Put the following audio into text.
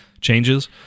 changes